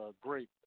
Great